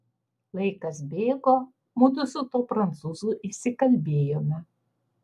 laikas bėgo mudu su tuo prancūzu įsikalbėjome